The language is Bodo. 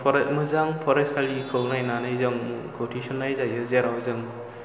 फराय मोजां फरायसालिखौ नायनानै जों मुंखौ थिसननाय जायो जेराव जों